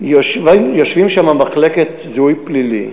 יושבים שם מחלקת זיהוי פלילי,